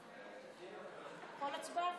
נמנעים.